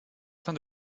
fin